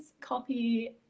copy